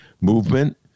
movement